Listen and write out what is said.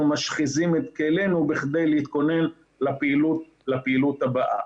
משחיזים את כלינו כדי להתכונן לפעילות הבאה.